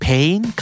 Pain